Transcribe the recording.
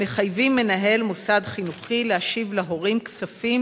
מחייבים מנהל מוסד חינוכי להשיב להורים כספים